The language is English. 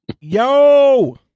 Yo